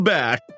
back